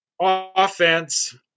offense